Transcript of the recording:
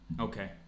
okay